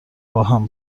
باهم